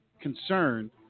concern